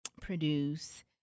produce